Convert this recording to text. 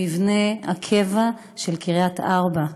במבנה הקבע של קריית ארבע.